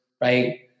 right